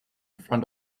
front